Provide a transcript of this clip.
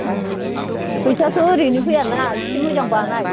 उम फैसायाथ' ओरैनो फैयाना इसे मोजां बानाय